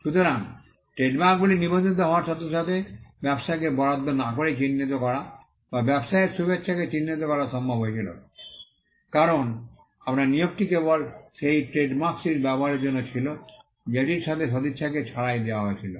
সুতরাং ট্রেডমার্কগুলি নিবন্ধিত হওয়ার সাথে সাথে ব্যবসাকে বরাদ্দ না করেই চিহ্নিত করা বা ব্যবসায়ের শুভেচ্ছাকে চিহ্নিত করা সম্ভব হয়েছিল কারণ আপনার নিয়োগটি কেবল সেই মার্ক্স্ টির ব্যবহারের জন্য ছিল যা এটির সাথে সদিচ্ছাকে ছাড়াই দেওয়া হয়েছিল